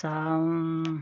চাও